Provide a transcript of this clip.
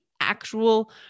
actual